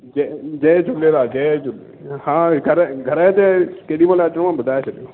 जय झूलेलाल जय झूलेलाल हा घरु त घर जे केॾी महिल अचिणो ॿुधाए छॾिजो